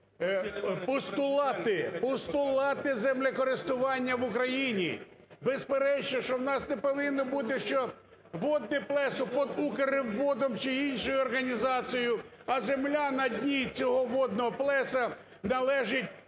постулати землекористування в Україні. Безперечно, що у нас не повинно бути, що водне плесо під Укррибводом чи іншою організацією, а земля на дні цього водного плеса належить…